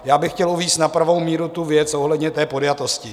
Já bych chtěl uvést na pravou míru tu věc ohledně podjatosti.